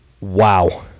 Wow